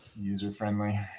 user-friendly